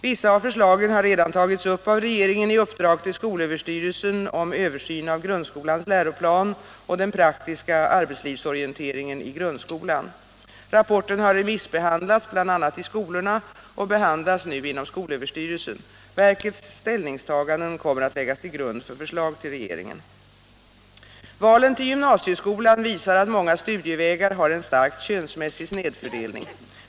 Vissa av förslagen har redan tagits upp av regeringen i uppdrag till skolöverstyrelsen om översyn av grundskolans läroplan och den praktiska arbetslivsorienteringen i grundskolan. Rapporten har remissbehandlats bl.a. i skolorna och behandlas nu inom skolöverstyrelsen. Verkets ställningstaganden kommer att läggas till grund för förslag till regeringen. Valen till gymnasieskolan visar att många studievägar har en starkt könsmässig snedfördelning.